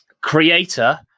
creator